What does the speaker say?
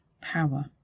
power